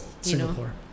Singapore